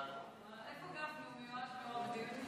ההצעה להעביר את הנושא לוועדה הזמנית